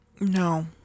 no